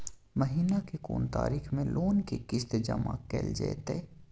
महीना के कोन तारीख मे लोन के किस्त जमा कैल जेतै?